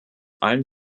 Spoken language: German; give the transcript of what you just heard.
allen